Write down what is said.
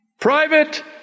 private